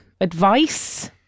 Advice